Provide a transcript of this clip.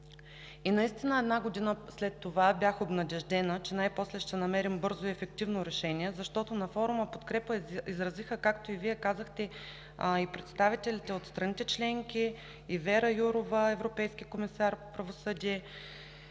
съюз. Една година след това бях обнадеждена, че най-после ще намерим бързо и ефективно решение, защото на форума изразиха подкрепа, както и Вие казахте, и представителите от страните членки, и Вера Юрова – европейски комисар по правосъдие,